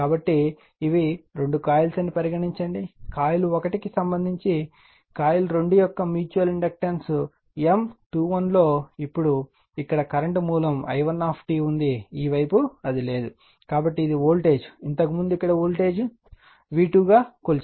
కాబట్టి ఇవి రెండు కాయిల్స్ అని పరిగణించండి కాయిల్ 1 కు సంబంధించి కాయిల్ 2 యొక్క మ్యూచువల్ ఇండక్టెన్స్ M21 లో ఇప్పుడు ఇక్కడ కరెంట్ మూలం i 1 ఉంది ఈ వైపు అది లేదు కాబట్టి ఇది వోల్టేజ్ ఇంతకు ముందు ఇక్కడ వోల్టేజ్ v2 గా కొలిచారు